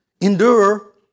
endure